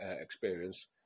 experience